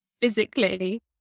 Physically